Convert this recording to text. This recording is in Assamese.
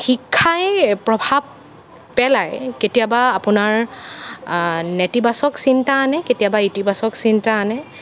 শিক্ষাই প্ৰভাৱ পেলায় কেতিয়াবা আপোনাৰ নেতিবাচক চিন্তা আনে কেতিয়াবা ইতিবাচক চিন্তা আনে